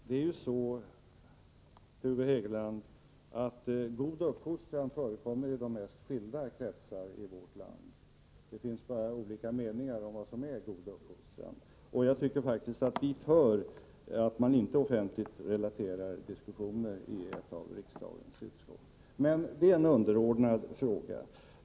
Herr talman! God uppfostran, Hugo Hegeland, förekommer i de mest skilda kretsar i vårt land. Det finns bara olika meningar om vad som är god fostran. Jag tycker faktiskt att dit hör att man inte offentligt relaterar diskussioner som förts i ett av riksdagens utskott. Men detta är en underordnad fråga.